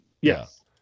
Yes